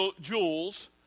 jewels